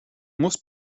muss